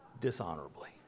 dishonorably